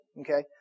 Okay